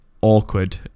awkward